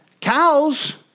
Cows